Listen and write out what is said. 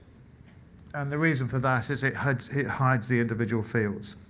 and the reason for that is it hides it hides the individual fields.